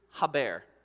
Haber